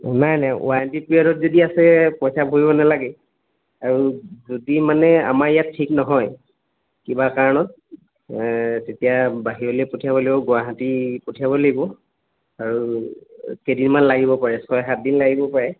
নাই নাই ৱাৰেণ্টি পিৰিয়ডত যদি আছে পইচা ভৰিব নালাগে আৰু যদি মানে আমাৰ ইয়াত ঠিক নহয় কিবা কাৰণত তেতিয়া বাহিৰলৈ পঠিয়াব গুৱাহাটী পঠিয়াব লাগিব আৰু কেইদিনমান লাগিব পাৰে ছয় সাতদিন লাগিব পাৰে